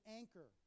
anchor